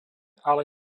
ale